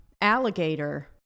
alligator